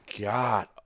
God